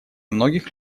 многих